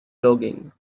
logging